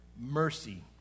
mercy